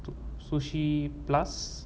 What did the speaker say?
sushi plus